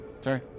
Sorry